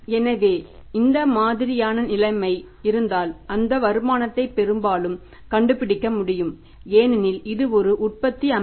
எனவே இந்த மாதிரியான நிலைமை இருந்தால் அந்த வருமானத்தை பெரும்பாலும் கண்டுபிடிக்க முடியும் ஏனெனில் இது ஒரு உற்பத்தி அமைப்பு